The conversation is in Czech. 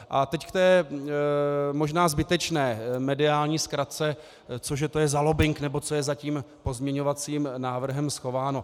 A teď k té možná zbytečné mediální zkratce, co že to je za lobbing, nebo co je za tím pozměňovacím návrhem schováno.